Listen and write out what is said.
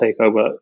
takeover